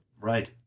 Right